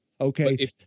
Okay